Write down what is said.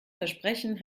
versprechen